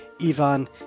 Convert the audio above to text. Ivan